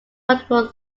multiple